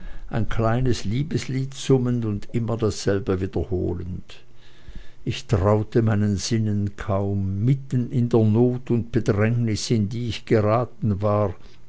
ein kleines liebeslied summend und immer dasselbe wiederholend ich traute meinen sinnen kaum mitten in der not und bedrängnis in die ich geraten war